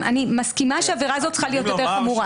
אני מסכימה שהעבירה הזאת צריכה להיות יותר חמורה.